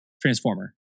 Transformer